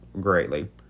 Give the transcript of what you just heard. greatly